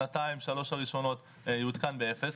שנתיים-שלוש הראשונות יעודכן באפס,